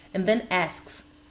and then asks,